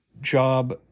job